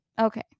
Okay